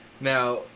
Now